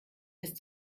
ist